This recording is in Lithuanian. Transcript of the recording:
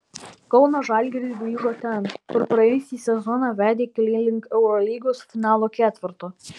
kauno žalgiris grįžo ten kur praėjusį sezoną vedė keliai link eurolygos finalo ketverto